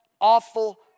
awful